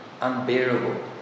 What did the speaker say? unbearable